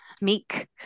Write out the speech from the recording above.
meek